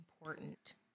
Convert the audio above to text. important